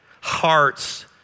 hearts